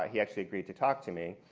ah he actually agreed to talk to me.